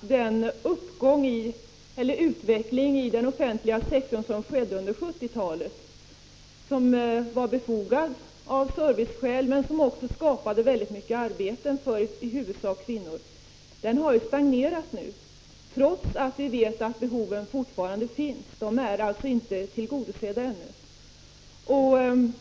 Den positiva utveckling inom den offentliga sektorn som skedde under 1970-talet, som var befogad av serviceskäl men som också skapade väldigt mycket arbete för i huvudsak kvinnor, har nämligen stagnerat nu, trots att vi vet att behoven fortfarande finns. De är alltså inte tillgodosedda ännu.